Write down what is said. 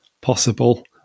possible